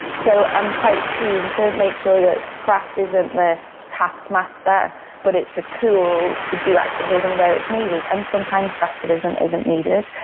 so i'm quite keen to make sure that craft isn't the taskmaster but it's a tool to do activism where it's needed, and sometimes craftivism isn't needed.